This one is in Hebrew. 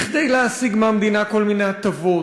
כדי להשיג מהמדינה כל מיני הטבות,